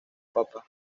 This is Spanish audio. papa